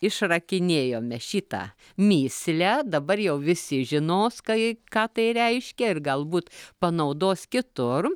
išrakinėjome šitą mįslę dabar jau visi žinos kai ką tai reiškia ir galbūt panaudos kitur